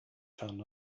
found